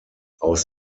aus